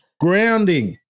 grounding